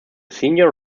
senior